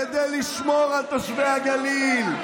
כדי לשמור על תושבי הגליל.